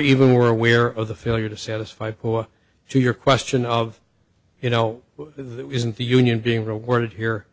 even were aware of the failure to satisfy poor to your question of you know that isn't the union being rewarded here